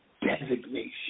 designation